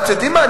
אתם יודעים מה,